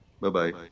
Bye-bye